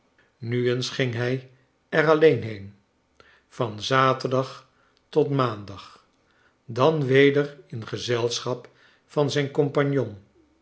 nu eens ging hij er alleen heen van zaterdag tot maandag dan weder in gezelschap van zijn compagnon